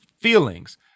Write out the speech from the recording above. feelings